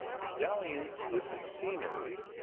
the dalliance with the scenery,